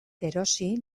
erosi